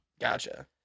Gotcha